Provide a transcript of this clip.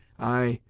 i,